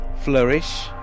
flourish